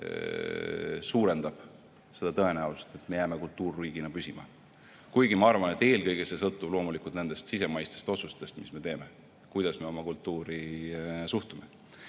suurendab seda tõenäolisust, et me jääme kultuurriigina püsima. Kuigi ma arvan, et eelkõige see sõltub loomulikult nendest sisemaistest otsustest, mis me teeme, kuidas me oma kultuuri suhtume.